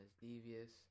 Devious